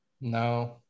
No